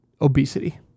obesity